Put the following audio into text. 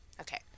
Okay